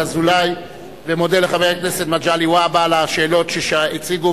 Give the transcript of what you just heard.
אזולאי ומודה לחבר הכנסת מגלי והבה על השאלות שהציגו,